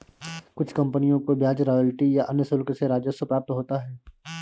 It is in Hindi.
कुछ कंपनियों को ब्याज रॉयल्टी या अन्य शुल्क से राजस्व प्राप्त होता है